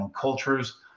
cultures